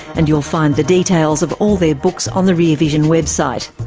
and you'll find the details of all their books on the rear vision website.